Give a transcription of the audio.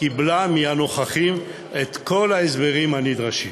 קיבלה מהנוכחים את כל ההסברים הנדרשים.